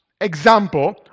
example